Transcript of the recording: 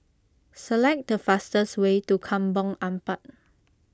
select the fastest way to Kampong Ampat